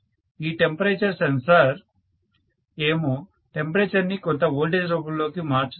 ఈ temperature sensor ఏమో temperature ని కొంత వోల్టేజ్ రూపంలోకి మార్చుతుంది